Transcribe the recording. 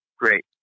Great